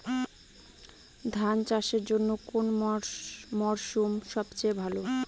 ধান চাষের জন্যে কোন মরশুম সবচেয়ে ভালো?